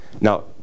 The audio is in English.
Now